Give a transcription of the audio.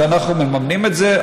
כי אנחנו מממנים את זה,